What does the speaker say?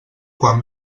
quan